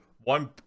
one